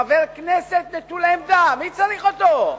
חבר כנסת נטול עמדה, מי צריך אותו?